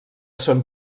són